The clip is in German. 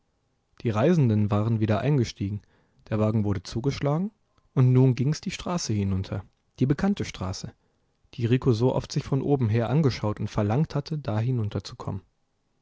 die reisenden waren wieder eingestiegen der wagen wurde zugeschlagen und nun ging's die straße hinunter die bekannte straße die rico so oft sich von oben her angeschaut und verlangt hatte da hinunter